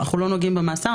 אנחנו לא נוגעים במאסר,